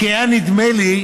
כי היה נדמה לי